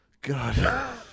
God